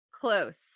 Close